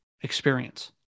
experience